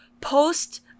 post